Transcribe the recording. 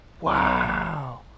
wow